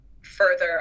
further